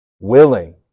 willing